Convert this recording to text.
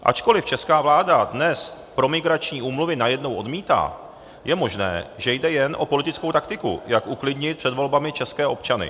Ačkoliv česká vláda dnes promigrační úmluvy najednou odmítá, je možné, že jde jen o politickou taktiku, jak uklidnit před volbami české občany.